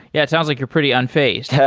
yeah, it sounds like you're pretty unphased.